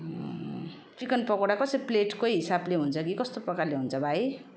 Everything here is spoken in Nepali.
चिकन पकोडा कसरी प्लेटकै हिसाबले हुन्छ कि कस्तो प्रकारले हुन्छ भाइ